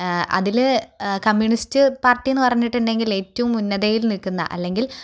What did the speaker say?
അതില് communist party എന്ന് പറഞ്ഞിട്ടുണ്ടെങ്കില് ഏറ്റവും ഉന്നതയില് നില്ക്കുന്ന അല്ലെങ്കില്